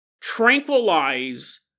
tranquilize